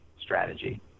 strategy